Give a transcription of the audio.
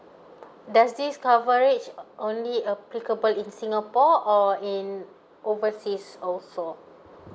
does this coverage um only applicable in singapore or in overseas also